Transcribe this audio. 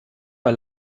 war